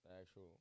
actual